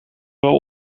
wel